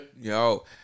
Yo